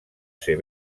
ser